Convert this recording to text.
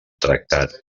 tractat